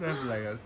then be like a